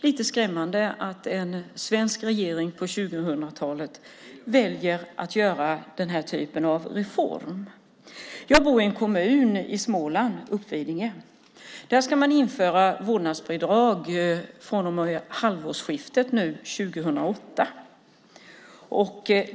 Lite skrämmande är det att en svensk regering på 2000-talet väljer att göra den typen av reform. Jag bor i Uppvidinge kommun i Småland. Där ska man från och med halvårsskiftet 2008 införa vårdnadsbidrag.